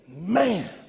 Man